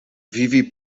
vivi